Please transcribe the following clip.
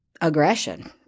aggression